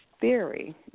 theory